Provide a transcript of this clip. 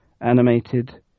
animated